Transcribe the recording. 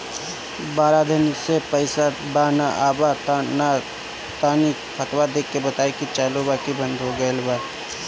बारा दिन से पैसा बा न आबा ता तनी ख्ताबा देख के बताई की चालु बा की बंद हों गेल बा?